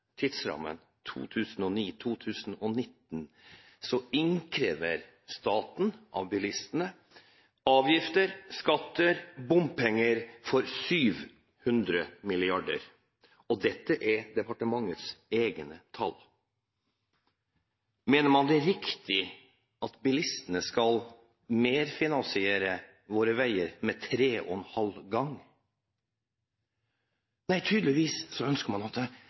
tidsrammen – 2009–2019 – innkrever staten av bilistene avgifter, skatter, bompenger, for 700 mrd. kr. Dette er departementets egne tall. Mener man det er riktig at bilistene skal merfinansiere våre veier tre og en halv gang? Nei, tydeligvis ønsker man at de skal gjøre det